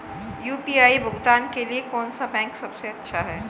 UPI भुगतान के लिए कौन सा बैंक सबसे अच्छा है?